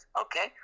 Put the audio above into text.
okay